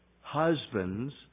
husbands